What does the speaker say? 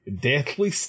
deathly